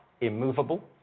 immovable